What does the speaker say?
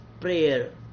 prayer